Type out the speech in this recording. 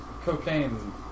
cocaine